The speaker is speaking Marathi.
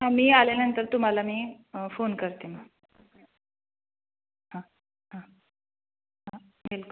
हां मी आल्यानंतर तुम्हाला मी फोन करते मग हां हां ठीक